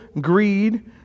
greed